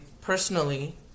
personally